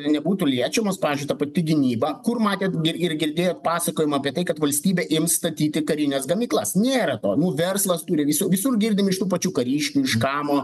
nebūtų liečiamos pavyzdžiui ta pati gynyba kur matėt ir girdėjot pasakojimą apie tai kad valstybė ims statyti karines gamyklas nėra to nu verslas turi visi visur girdim iš tų pačių kariškių iš kamo